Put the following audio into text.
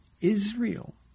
Israel